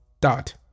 dot